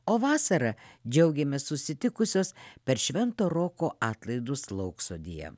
o vasarą džiaugiamės susitikusios per švento roko atlaidus lauksodyje